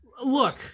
look